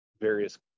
various